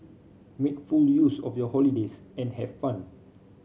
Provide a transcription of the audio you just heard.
make full use of your holidays and have fun